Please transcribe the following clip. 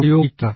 ഉപയോഗിക്കുക